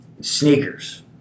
sneakers